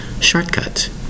Shortcut